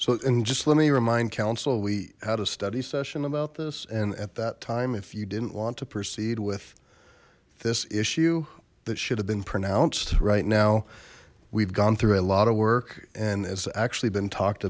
so and just let me remind council we had a study session about this and at that time if you didn't want to proceed with this issue that should have been pronounced right now we've gone through a lot of work and it's actually been talked